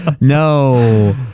No